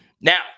Now